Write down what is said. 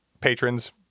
Patrons